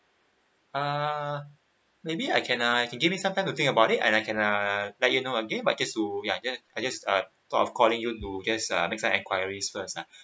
err maybe I can I can give me some time to think about it and I can uh let you know again but just to ya just I just uh thought of calling you to just uh make some enquiries first lah